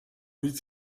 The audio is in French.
oui